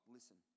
Listen